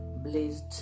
blazed